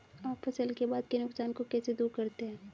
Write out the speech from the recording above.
आप फसल के बाद के नुकसान को कैसे दूर करते हैं?